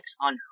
on